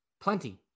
plenty